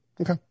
Okay